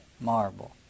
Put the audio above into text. marble